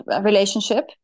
relationship